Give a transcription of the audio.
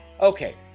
Okay